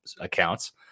accounts